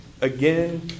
again